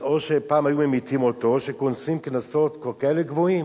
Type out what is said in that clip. אז או שפעם היו ממיתים אותו או שקונסים קנסות כאלה גבוהים.